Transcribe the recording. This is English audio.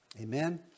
Amen